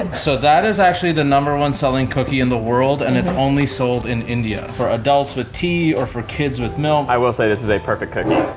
and so that is actually the number one selling cookie in the world and it's only sold in india. for adults with tea or for kids with milk. i will say this is a perfect cookie.